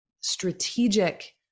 strategic